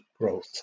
growth